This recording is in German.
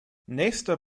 nächster